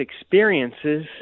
experiences